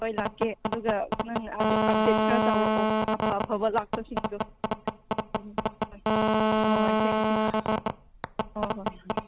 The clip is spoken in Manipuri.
ꯍꯣꯏ ꯂꯥꯛꯀꯦ ꯑꯗꯨꯒ ꯅꯪ ꯑꯞꯗꯦꯗ ꯈꯔ ꯇꯧꯔꯛꯑꯣ ꯑꯐ ꯑꯐꯕ ꯂꯥꯛꯄꯁꯤꯡꯗꯣ ꯍꯣꯏ ꯊꯦꯡ ꯌꯨ ꯍꯣꯏ ꯍꯣꯏ